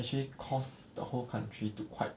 actually cause the whole country to quite